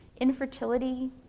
infertility